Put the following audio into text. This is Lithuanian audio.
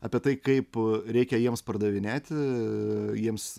apie tai kaip reikia jiems pardavinėti jiems